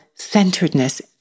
centeredness